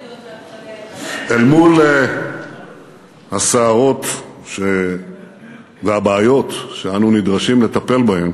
אל מול הסערות והבעיות שאנו נדרשים לטפל בהן